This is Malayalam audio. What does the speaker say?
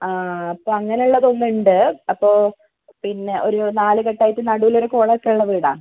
ആ അപ്പോൾ അങ്ങനെയുള്ളത് ഒന്നുണ്ട് അപ്പോൾ പിന്നെ ഒരു നാലുകെട്ടായിട്ട് നടുവിൽ ഒരു കുളം ഒക്കെയുള്ള വീടാണ്